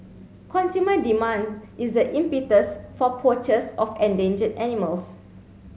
consumer demand is the impetus for poachers of endangered animals